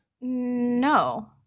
no